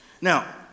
Now